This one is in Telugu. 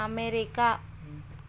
అమెరికా